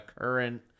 current